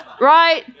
Right